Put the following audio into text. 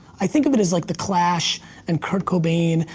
i think of it as like the clash and kurt cobain,